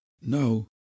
no